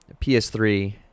PS3